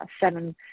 seven